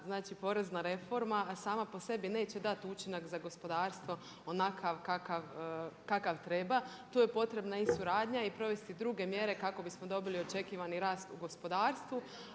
znači porezna reforma a sama po sebi neće dati učinak za gospodarstvo onakav kakav treba. Tu je potrebna i suradnja i provesti druge mjere kako bismo dobili očekivani rasta u gospodarstvu